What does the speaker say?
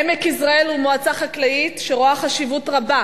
עמק יזרעאל הוא מועצה חקלאית שרואה חשיבות רבה